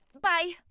Bye